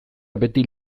beti